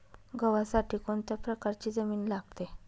गव्हासाठी कोणत्या प्रकारची जमीन लागते?